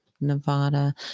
Nevada